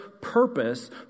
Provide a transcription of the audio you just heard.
purpose